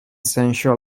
sensual